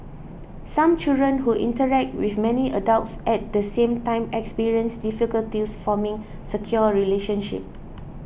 some children who interact with many adults at the same time experience difficulties forming secure relationships